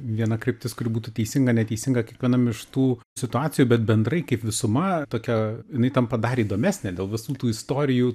viena kryptis kuri būtų teisinga neteisinga kiekvienam iš tų situacijų bet bendrai kaip visuma tokia jinai tampa dar įdomesnė dėl visų tų istorijų